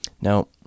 Now